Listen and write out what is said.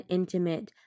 intimate